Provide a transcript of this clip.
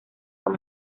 son